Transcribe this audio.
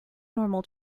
normal